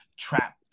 Trap